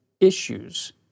issues